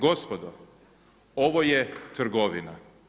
Gospodo ovo je trgovina.